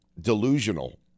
delusional